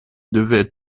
devait